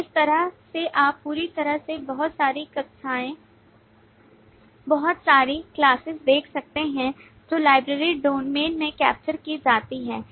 तो इस तरह से आप पूरी तरह से बहुत सारी classes देख सकते हैं जो लाइब्रेरी डोमेन से कैप्चर की जाती हैं